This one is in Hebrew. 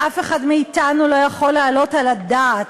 ואף אחד מאתנו לא יכול להעלות על הדעת